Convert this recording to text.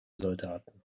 soldaten